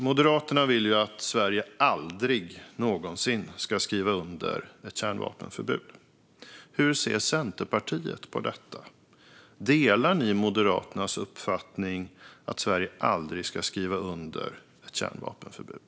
Moderaterna vill ju att Sverige aldrig någonsin ska skriva under ett kärnvapenförbud. Hur ser Centerpartiet på detta? Delar ni Moderaternas uppfattning att Sverige aldrig ska skriva under ett kärnvapenförbud?